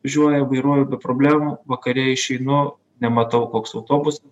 važiuoja vairuoju be problemų vakare išeinu nematau koks autobusas